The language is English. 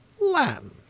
Latin